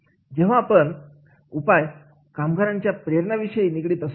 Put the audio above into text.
जेव्हा एखादा उपाय कामगारांच्या प्रेरणा विषयी निगडित असतो